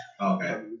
Okay